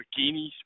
bikinis